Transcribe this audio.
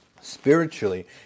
spiritually